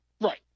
right